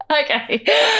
Okay